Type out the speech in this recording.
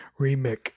Remix